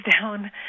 down